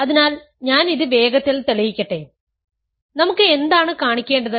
അതിനാൽ ഞാൻ ഇത് വേഗത്തിൽ തെളിയിക്കട്ടെ നമുക്ക് എന്താണ് കാണിക്കേണ്ടത്